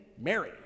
Mary